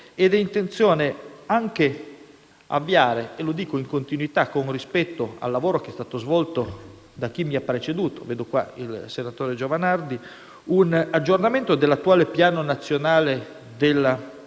mia intenzione anche avviare - e lo dico in continuità e con rispetto per il lavoro svolto da chi mi ha preceduto (vedo qui il senatore Giovanardi) - l'aggiornamento dell'attuale piano nazionale della famiglia